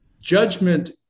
judgment